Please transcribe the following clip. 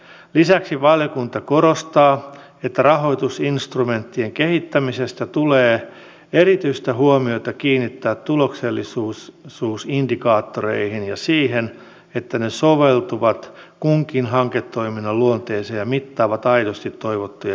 lisäksi valiokunta korostaa että rahoitusinstrumenttien kehittämisessä tulee erityistä huomiota kiinnittää tuloksellisuusindikaattoreihin ja siihen että ne soveltuvat kunkin hanketoiminnan luonteeseen ja mittaavat aidosti toivottuja kehitysvaikutuksia